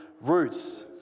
roots